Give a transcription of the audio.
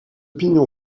pignon